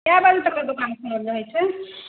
कै बजे तकले दोकान खुलल रहैत छै